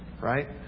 right